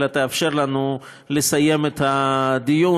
אלא תאפשר לנו לסיים את הדיון,